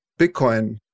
Bitcoin